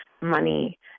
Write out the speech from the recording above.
money